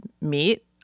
meet